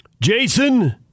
Jason